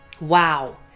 Wow